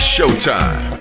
Showtime